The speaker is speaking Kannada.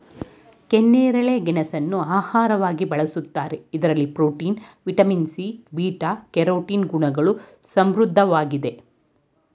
ಕೆನ್ನೇರಳೆ ಗೆಣಸನ್ನು ಆಹಾರವಾಗಿ ಬಳ್ಸತ್ತರೆ ಇದರಲ್ಲಿ protein, vitamin C, beta carotene ಗುಣಗಳು ಸಮೃದ್ಧವಾಗಿದೆ